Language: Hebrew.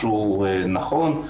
משהו נכון,